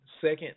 second